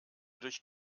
durch